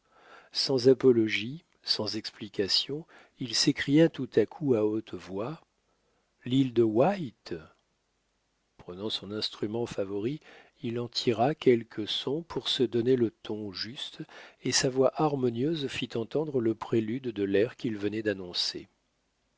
sans apologie sans explication il s'écria tout à coup à haute voix l'île de white prenant son instrument favori il en tira quelques sons pour se donner le ton juste et sa voix harmonieuse fit entendre le prélude de l'air qu'il venait d'annoncer